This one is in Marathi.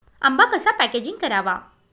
आंबा कसा पॅकेजिंग करावा?